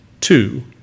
Two